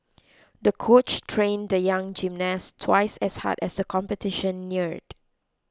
the coach trained the young gymnast twice as hard as the competition neared